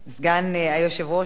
אני רואה שהיום כל ההצעות לסדר-היום,